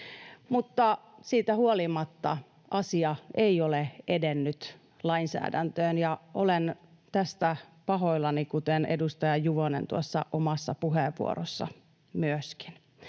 mutta siitä huolimatta asia ei ole edennyt lainsäädäntöön, ja olen tästä pahoillani, kuten edustaja Juvonen tuossa omassa puheenvuorossaan myöskin.